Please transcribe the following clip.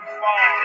fall